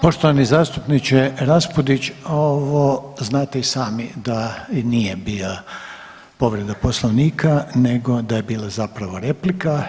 Poštovani zastupniče Raspudić ovo znate i sami da nije bila povreda Poslovnika, nego da je bila zapravo replika.